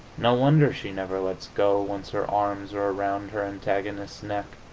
no wonder she never lets go, once her arms are around her antagonist's neck!